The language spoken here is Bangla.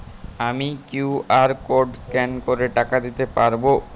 আমি কিউ.আর কোড স্ক্যান করে টাকা দিতে পারবো?